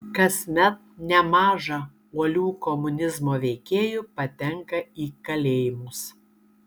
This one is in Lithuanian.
kasmet nemaža uolių komunizmo veikėjų patenka į kalėjimus